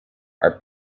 are